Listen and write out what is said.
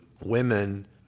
women